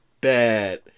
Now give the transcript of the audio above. bad